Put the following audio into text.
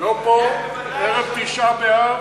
לא פה, ערב תשעה באב.